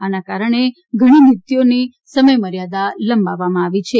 આને કારણે ઘણી નીતિઓની સમયમર્યાદા લંબાવવામાં આવી છે